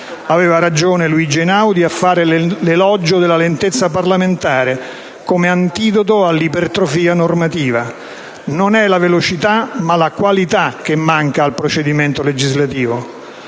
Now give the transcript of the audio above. Aveva ragione Luigi Einaudi a fare l'elogio della lentezza parlamentare come antidoto all'ipertrofia normativa. Non è la velocità ma la qualità che manca al procedimento legislativo.